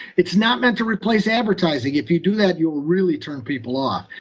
it's not meant to replace advertising. if you do that, you'll really turn people off.